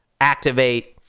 activate